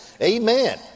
Amen